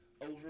over